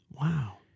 Wow